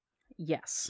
Yes